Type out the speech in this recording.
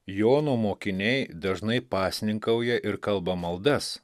jono mokiniai dažnai pasninkauja ir kalba maldas